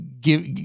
give